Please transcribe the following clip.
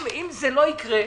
אם זה לא יקרה,